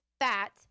fat